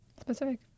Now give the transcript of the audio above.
Specific